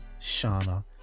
shauna